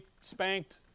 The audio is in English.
spanked